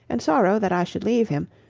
and sorrow that i should leave him,